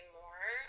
more